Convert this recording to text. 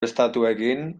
estatuekin